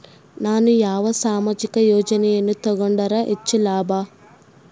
ನಾನು ಯಾವ ಸಾಮಾಜಿಕ ಯೋಜನೆಯನ್ನು ತಗೊಂಡರ ಹೆಚ್ಚು ಲಾಭ?